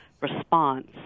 response